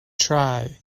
tri